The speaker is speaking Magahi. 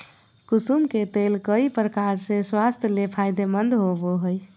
कुसुम के तेल कई प्रकार से स्वास्थ्य ले फायदेमंद होबो हइ